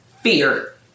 fear